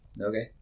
Okay